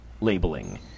labeling